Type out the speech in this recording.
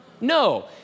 No